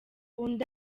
undi